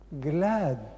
glad